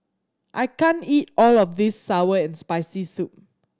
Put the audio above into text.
I can't eat all of this sour and Spicy Soup